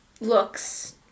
looks